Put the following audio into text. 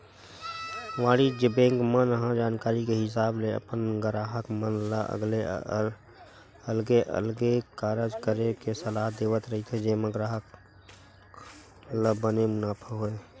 वाणिज्य बेंक मन ह जानकारी के हिसाब ले अपन गराहक मन ल अलगे अलगे कारज करे के सलाह देवत रहिथे जेमा ग्राहक ल बने मुनाफा होय